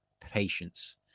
patience